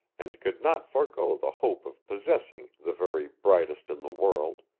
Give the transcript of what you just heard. and could not forego the hope of possessing the very brightest in the world,